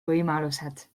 võimalused